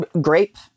grape